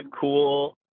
Cool